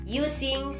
using